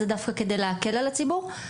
זה כדי להקל על הציבור.